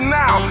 now